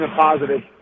positive